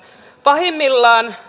pahimmillaan